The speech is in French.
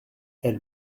elle